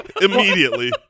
immediately